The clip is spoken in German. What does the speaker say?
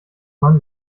man